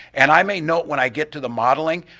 and i may note when i get to the modeling,